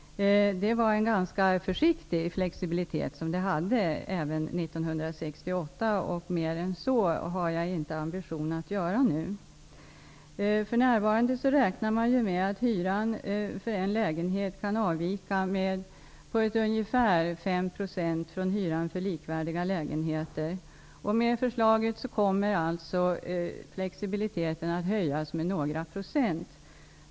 Det var fråga om en ganska försiktig flexibilitet 1968, och jag har inte ambitionen att gå längre nu. För närvarande räknar man med att hyran för en lägenhet kan avvika med ungefär fem procent från hyran för likvärdiga lägenheter. Med förslaget kommer flexibiliteten att öka med några procent.